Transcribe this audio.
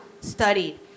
studied